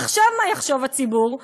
עכשיו מה יחשוב הציבור?